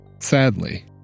Sadly